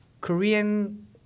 korean